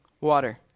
water